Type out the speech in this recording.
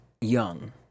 young